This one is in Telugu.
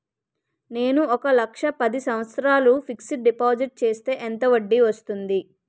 నేను ఒక లక్ష పది సంవత్సారాలు ఫిక్సడ్ డిపాజిట్ చేస్తే ఎంత వడ్డీ వస్తుంది?